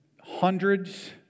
hundreds